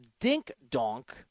dink-donk